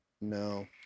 no